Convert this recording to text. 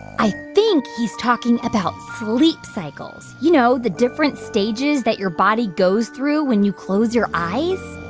i think he's talking about sleep cycles you know, the different stages that your body goes through when you close your eyes?